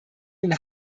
den